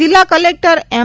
જિલ્લા ક્લેક્ટર એમ